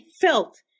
felt